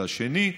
השני,